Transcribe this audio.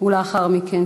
ולאחר מכן,